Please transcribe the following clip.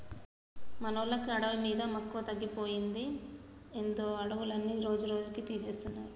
మనోళ్ళకి అడవి మీద మక్కువ తగ్గిపోయిందో ఏందో అడవులన్నీ రోజురోజుకీ తీసేస్తున్నారు